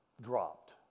dropped